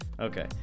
Okay